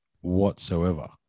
whatsoever